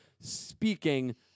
speaking